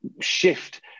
shift